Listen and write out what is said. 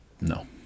no